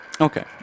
Okay